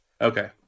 Okay